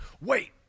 wait